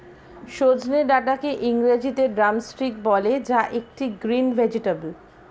সজনে ডাটাকে ইংরেজিতে ড্রামস্টিক বলে যা একটি গ্রিন ভেজেটাবেল